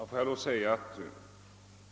Herr talman!